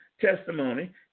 testimony